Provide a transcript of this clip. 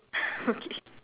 okay